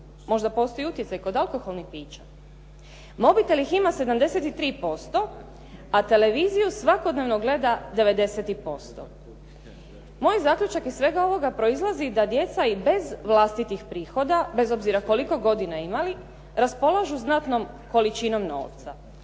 Možda postoji utjecaj i kod alkoholnih pića. Mobitel ih ima 73%, a televiziju svakodnevno gleda 90%. Moj zaključak iz svega ovoga proizlazi da djeca i bez vlastitih prihoda, bez obzira koliko godina imali, raspolažu znatnom količinom novca.